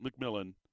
McMillan